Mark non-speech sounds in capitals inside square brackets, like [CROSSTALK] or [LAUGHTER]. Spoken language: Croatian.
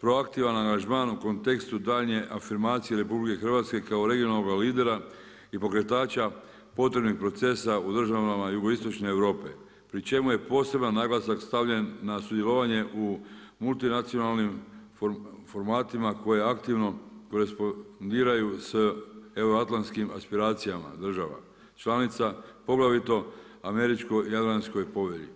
proaktivan aranžman u kontekstu daljnje afirmacije RH, kao regionalnog lidera i pokretača potrebnih procesa u državama jugoistočne Europe, pri čemu je poseban naglasak stavljen na sudjelovanje u multinacionalnim formatima koje aktivno, koje … [UNINTELLIGIBLE] s Euroatlantskim aspiracijama država, članica, poglavito Američkoj i Jadranskoj povelji.